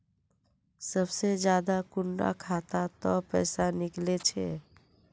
सबसे ज्यादा कुंडा खाता त पैसा निकले छे?